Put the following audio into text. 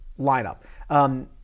lineup